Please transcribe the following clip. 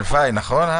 הלוואי, נכון?